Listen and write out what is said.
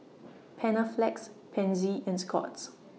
Panaflex Pansy and Scott's